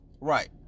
right